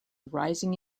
rising